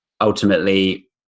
ultimately